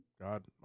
God